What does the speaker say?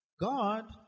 God